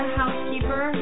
housekeeper